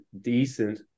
decent